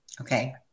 Okay